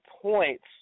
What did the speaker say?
points